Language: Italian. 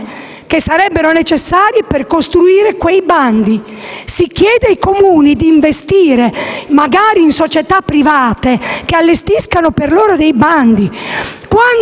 umane necessarie per costruire quei bandi. Si chiede ai Comuni di investire magari in società private che allestiscano i bandi